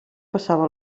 passava